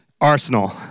Arsenal